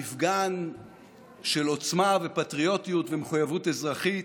מפגן של עוצמה ופטריוטיות ומחויבות אזרחית.